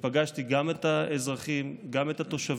ופגשתי גם את האזרחים, גם את התושבים,